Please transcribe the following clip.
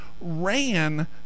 Ran